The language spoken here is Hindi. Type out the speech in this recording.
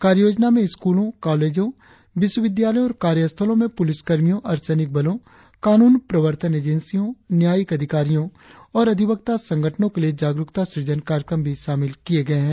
कार्ययोजना में स्क्रलो कॉलेजो विश्वविद्यालयो और कार्यस्थलों में पुलिसकर्मियों अर्धसैनिक बलों कानून प्रवर्तन एजेंसियों न्यायिक अधिकारियों और अधिवक्ता संगठनो के लिए जागरुकता सृजन कार्यक्रम भी शामिल किए गए है